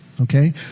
okay